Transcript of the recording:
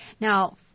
Now